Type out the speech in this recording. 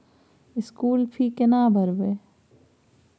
School fee केना भरबै?